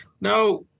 Now